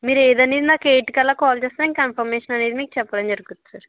మీరు ఏది అనేది నాకు ఎయిట్ కల్లా కాల్ చేస్తే నేను కన్ఫర్మేషన్ అనేది మీకు చెప్పడం జరుగుతుంది సార్